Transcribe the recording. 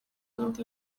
n’indi